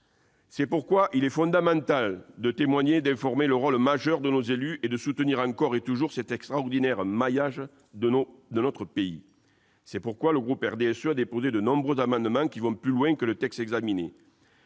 C'est pourquoi il est fondamental de témoigner, d'informer sur le rôle majeur de nos élus et de soutenir encore et toujours cet extraordinaire maillage de notre pays. En ce sens, le groupe RDSE a déposé de nombreux amendements qui vont plus loin que le texte examiné,